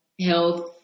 health